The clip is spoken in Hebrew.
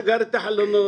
סגר את החלונות,